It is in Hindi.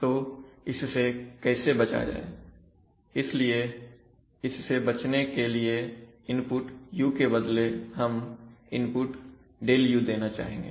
तो इससे कैसे बचा जाए इसलिए इससे बचने के लिए इनपुट u के बदले हम इनपुट ΔU देना चाहेंगे